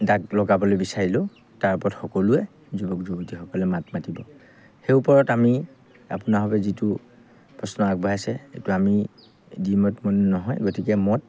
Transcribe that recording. দাগ লগাবলৈ বিচাৰিলোঁ তাৰ ওপৰত সকলোৱে যুৱক যুৱতীসকলে মাত মাতিব সেই ওপৰত আমি আপোনাৰ বাবে যিটো প্ৰশ্ন আগবাঢ়াইছে সেইটো আমি দি মত মন নহয় গতিকে মত